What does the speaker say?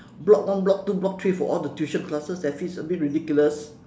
block one block two block three for all the tuition classes I feel it's a bit ridiculous